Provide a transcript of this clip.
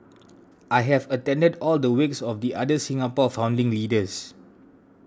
I have attended all the wakes of the other Singapore founding leaders